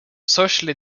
socially